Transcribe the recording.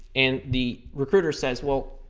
and the recruiter says, well,